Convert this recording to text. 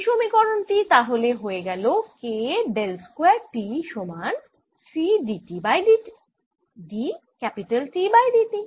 এই সমীকরণ টি তাহলে হয়ে গেল K ডেল স্কয়ার T সমান C d T by d t